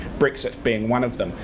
brexit being one of them,